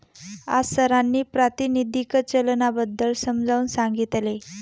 आज सरांनी प्रातिनिधिक चलनाबद्दल समजावून सांगितले